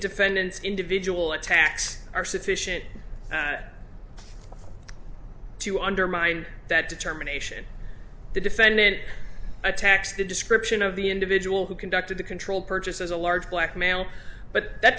defendants individual attacks are sufficient to undermine that determination the defendant attacks the description of the individual who conducted the controlled purchase as a large black male but that